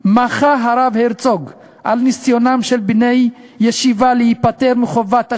מחה הרב הרצוג על ניסיונם של בני ישיבה להיפטר מחובת השירות,